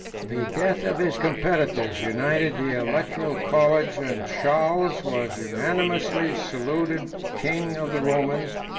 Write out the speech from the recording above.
the death of his competitors united the electoral college, and charles was unanimously saluted king of the romans,